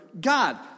God